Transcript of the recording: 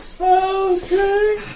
Okay